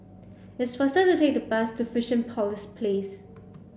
it's faster to take the bus to Fusionopolis Place